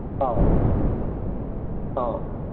ꯑꯧ ꯑꯧ